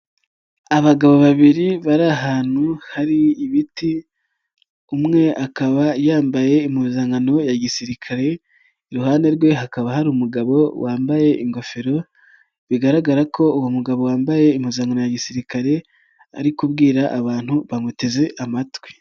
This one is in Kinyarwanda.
Abagabo babiri bari ahantu hari ibiti, umwe akaba yambaye impuzankano ya gisirikare, iruhande rwe hakaba hari umugabo wambaye ingofero bigaragara ko uwo mugabo wambaye imppanzankano ya gisirikare ari kubwira abantu bamuteze amatwi.